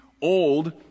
old